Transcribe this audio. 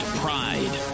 pride